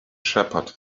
shepherd